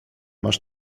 masz